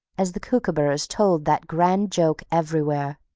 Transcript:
as the kookooburras told that grand joke everywhere.